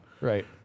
Right